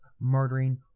murdering